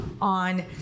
on